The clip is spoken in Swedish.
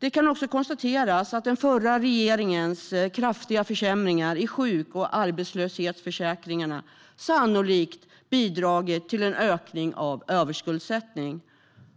Det kan konstateras att den förra regeringens kraftiga försämringar i sjuk och arbetslöshetsförsäkringarna sannolikt bidragit till en ökning av överskuldsättningen.